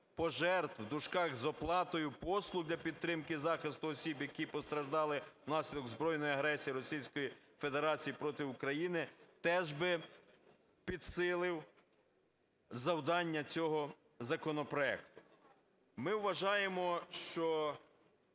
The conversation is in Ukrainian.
пожертв (з оплатою послуг для підтримки захисту осіб, які постраждали внаслідок збройної агресії Російської Федерації проти України)", - теж би підсилив завдання цього законопроекту. Ми вважаємо,